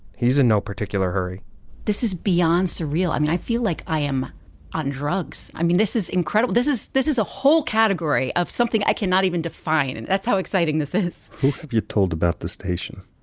he's in no particular hurry this is beyond surreal. i mean, i feel like i am on drugs. i mean, this is incredible. this is this is a whole category of something i cannot even define. and that's how exciting this is have you told about the station?